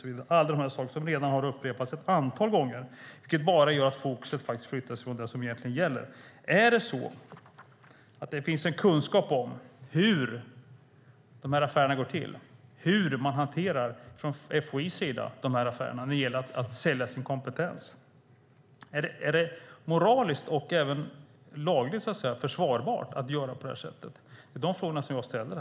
Allt detta är saker som redan har upprepats ett antal gånger, vilket bara gör att fokus faktiskt flyttas från vad det egentligen gäller. Är det så att det finns en kunskap om hur dessa affärer går till och hur man från FOI:s sida hanterar dessa affärer när det gäller att sälja sin kompetens? Är det moraliskt och även lagligt försvarbart att göra på det här sättet? Det är de frågorna jag ställer.